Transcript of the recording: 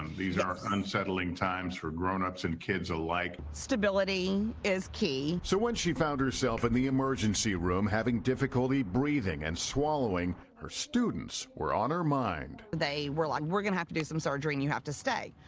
these are unsettling times for grown-ups and kids alike. stability is key. reporter so when she found herself in the emergency room having difficulty breathing and swallowing, her students were on her mind. they were like we're going to have to do some surgery and you have to stay.